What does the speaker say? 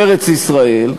בארץ-ישראל,